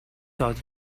though